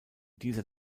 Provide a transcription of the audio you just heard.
dieser